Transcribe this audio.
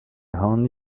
only